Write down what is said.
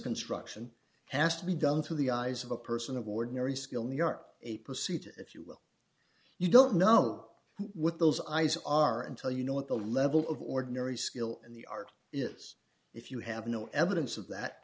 construction has to be done through the eyes of a person of ordinary skill in the are a pursuit if you will you don't know what those eyes are until you know what the level of ordinary skill in the art is if you have no evidence of that